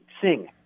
sing